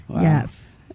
Yes